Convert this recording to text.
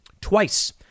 Twice